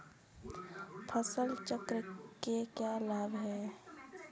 फसल चक्र के क्या लाभ हैं?